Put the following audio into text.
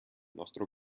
nostro